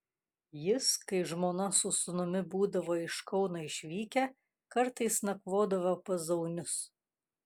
jis kai žmona su sūnumi būdavo iš kauno išvykę kartais nakvodavo pas zaunius